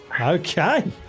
Okay